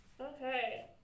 Okay